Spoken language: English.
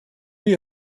you